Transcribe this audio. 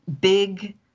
big